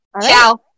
Ciao